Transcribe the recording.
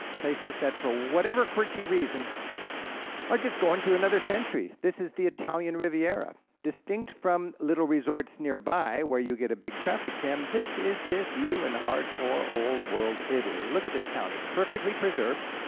places that for whatever quirky reason are just going through another century. this is the italian riviera. distinct from little resorts nearby where you get a big traffic jam, this is just you and hardcore old-world italy. look at this town, it's perfectly preserved,